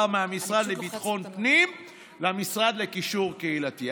מהמשרד לביטחון פנים למשרד לקישור קהילתי.